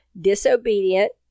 disobedient